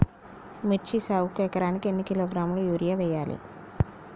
మిర్చి సాగుకు ఎకరానికి ఎన్ని కిలోగ్రాముల యూరియా వేయాలి?